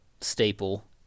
staple